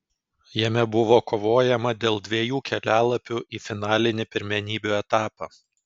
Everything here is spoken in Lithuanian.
jame buvo kovojama dėl dviejų kelialapių į finalinį pirmenybių etapą